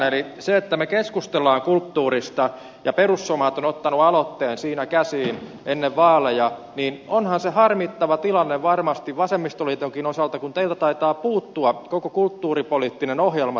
eli onhan se että me keskustelemme kulttuurista ja perussuomalaiset on ottanut aloitteen siinä käsiin ennen vaaleja harmittava tilanne varmasti vasemmistoliitonkin osalta kun teidän puolueelta taitaa puuttua koko kulttuuripoliittinen ohjelma